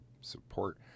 support